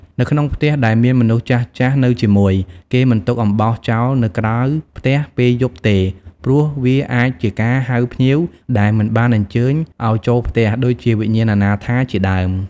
នៅក្នុងផ្ទះដែលមានមនុស្សចាស់ៗនៅជាមួយ គេមិនទុកអំបោសចោលនៅក្រៅផ្ទះពេលយប់ទេ ព្រោះវាអាចជាការហៅភ្ញៀវដែលមិនបានអញ្ជើញឱ្យចូលផ្ទះ ដូចជាវិញ្ញាណអនាថាជាដើម។